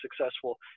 successful